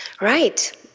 Right